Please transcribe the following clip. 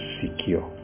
secure